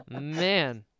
Man